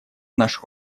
наш